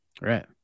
Right